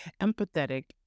empathetic